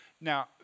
Now